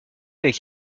avec